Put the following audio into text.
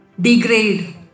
degrade